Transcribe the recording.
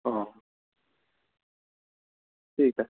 ও